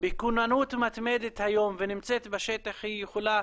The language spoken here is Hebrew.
בכוננות מתמדת היום, ונמצאת בשטח, היא יכולה